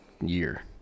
year